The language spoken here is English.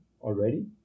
already